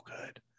good